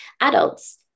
adults